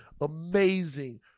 amazing